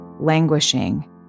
languishing